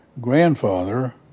grandfather